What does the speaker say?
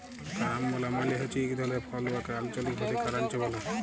carambola মালে হছে ইক ধরলের ফল উয়াকে আল্চলিক ভাষায় কারান্চ ব্যলে